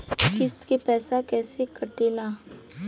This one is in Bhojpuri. किस्त के पैसा कैसे कटेला?